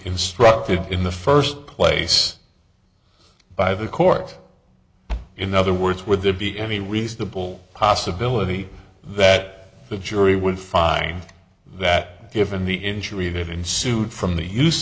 constructed in the first place by the court in other words would there be any reasonable possibility that the jury would find that given the injury that ensued from the use